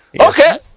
Okay